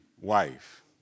wife